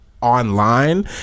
online